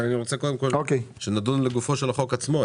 אבל אני רוצה קודם כל שנדון לגופו של החוק עצמו.